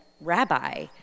Rabbi